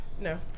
No